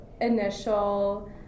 initial